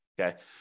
Okay